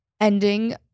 ending